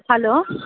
hello